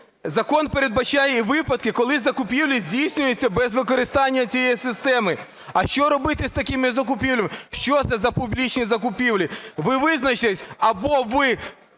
Закон передбачає і випадки, коли закупівлі здійснюються без використання цієї системи. А що робити з такими закупівлями? Що це за публічні закупівлі? Ви визначтесь, або ви